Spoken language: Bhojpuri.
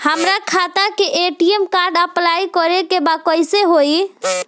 हमार खाता के ए.टी.एम कार्ड अप्लाई करे के बा कैसे होई?